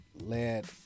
Led